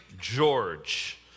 George